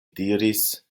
diris